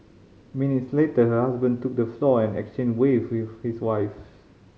minutes later her husband took the floor and exchanged waves with his wife